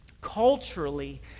Culturally